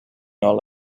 all